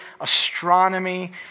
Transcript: astronomy